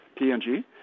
PNG